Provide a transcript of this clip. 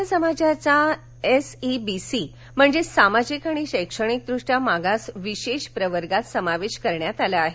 मराठा समाजाचा एसइबीसी म्हणजेच सामाजिक आणि शैक्षणिकदृष्ट्या मागास विशेष प्रवर्गात समावेश करण्यात आला आहे